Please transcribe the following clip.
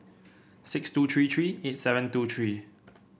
six two three three eight seven two three